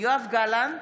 יואב גלנט,